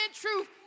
truth